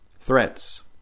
threats